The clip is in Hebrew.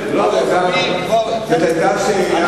זאת היתה שאלה.